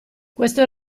questo